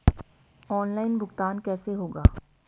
Online भुगतान कैसे होगा?